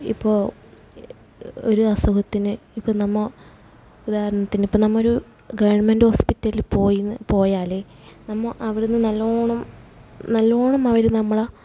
ഇപ്പോൾ ഒരു അസുഖത്തിന് ഇപ്പോൾ നമ്മൾ ഉദാഹരണത്തിനിപ്പോൾ നമ്മളൊരു ഗവണ്മെന്റ് ഹോസ്പിറ്റലില് പോയിയെന്നു പോയാൽ നമ്മൾ അവിടെ നിന്ന് നല്ലവണ്ണം നല്ലവണ്ണമവർ നമ്മളുടെ